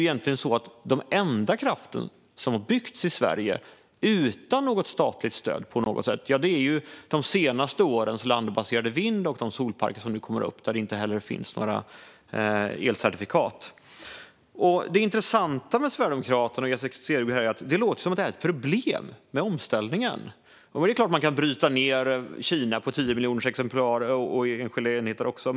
Egentligen är den enda kraft som har byggts i Sverige utan något statligt stöd de senaste årens landbaserade vindparker och de solparker som nu kommer upp där det inte finns några elcertifikat. Det intressanta med Sverigedemokraterna och Jessica Stegrud är att det låter som att omställningen är ett problem. Det är klart att man kan bryta ned Kina på tio miljoner exemplar och enskilda enheter också.